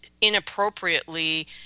inappropriately